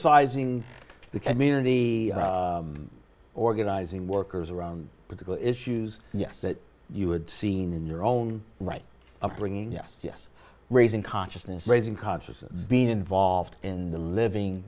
sizing the community organizing workers around critical issues yes that you had seen in your own right upbringing yes yes raising consciousness raising consciousness being involved in the living